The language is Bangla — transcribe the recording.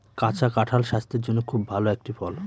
কাঁচা কাঁঠাল স্বাস্থের জন্যে খুব ভালো একটি ফল